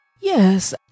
yes